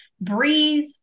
breathe